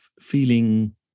feeling